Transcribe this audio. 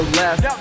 left